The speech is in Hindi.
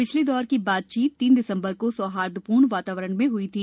पिछले दौर की बातचीत तीन दिसम्बर को सौहार्दपूर्ण और वातावरण में हई थी